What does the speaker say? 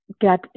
get